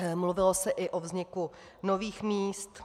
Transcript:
Mluvilo se i o vzniku nových míst.